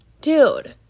dude